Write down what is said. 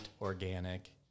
organic